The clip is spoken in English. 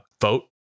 Vote